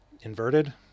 inverted